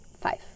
five